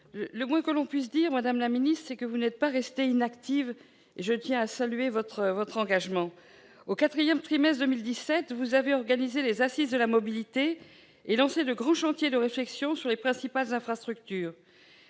le moins que l'on puisse dire, c'est que vous n'êtes pas restée inactive, et je tiens à saluer votre engagement. Au quatrième trimestre de 2017, vous avez organisé les Assises de la mobilité et lancé de grands chantiers de réflexion sur les principales infrastructures.